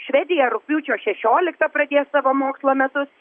švedija rugpjūčio šešioliktą pradės savo mokslo metus